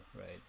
right